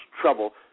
trouble